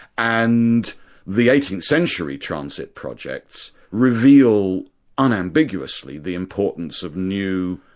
and the eighteenth century transit projects reveal unambiguously the importance of new,